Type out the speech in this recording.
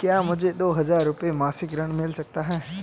क्या मुझे दो हज़ार रुपये मासिक ऋण मिल सकता है?